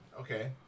Okay